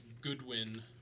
Goodwin